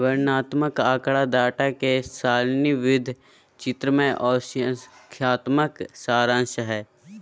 वर्णनात्मक आँकड़ा डाटा के सारणीबद्ध, चित्रमय आर संख्यात्मक सारांश हय